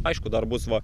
aišku dar bus va